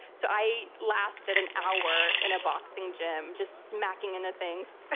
so i lasted an hour in a boxing gym, just smacking into things.